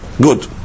Good